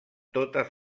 totes